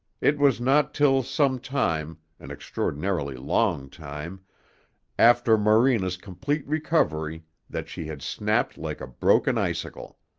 it was not till some time an extraordinarily long time after morena's complete recovery that she had snapped like a broken icicle.